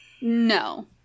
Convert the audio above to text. No